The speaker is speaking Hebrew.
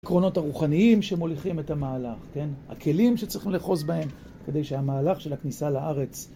עקרונות הרוחניים שמוליכים את המהלך, כן , הכלים שצריכים לאחוז בהם כדי שהמהלך של הכניסה לארץ